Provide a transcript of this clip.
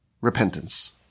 repentance